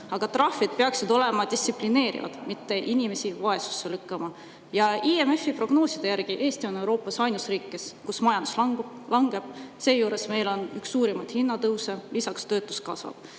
Aga trahvid peaksid olema distsiplineerivad, mitte inimesi vaesusesse lükkama. IMF‑i prognooside järgi on Eesti Euroopas ainus riik, kus majandus langeb, seejuures on meil üks suurimaid hinnatõuse, lisaks kasvab